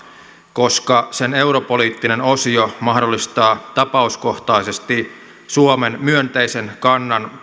koska sen europoliittinen osio mahdollistaa tapauskohtaisesti suomen myönteisen kannan